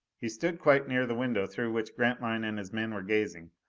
he stood quite near the window through which grantline and his men were gazing,